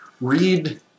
Read